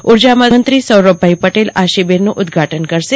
ઊર્જામંત્રી સૌરભભાઈ પટેલ આ શીબિરનું ઉદઘાટન કરશે